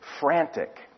frantic